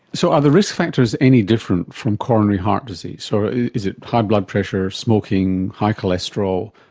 so are the risk factors any different from coronary heart disease, or is it high blood pressure, smoking, high cholesterol,